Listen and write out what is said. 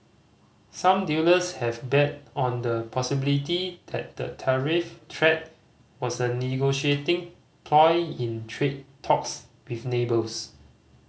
some dealers have bet on the possibility that the tariff threat was a negotiating ploy in trade talks with neighbours